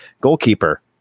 goalkeeper